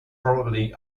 probably